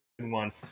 one